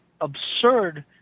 absurd